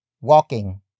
walking